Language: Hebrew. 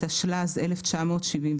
התשל"ז 1977,